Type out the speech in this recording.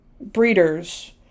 breeders